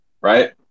right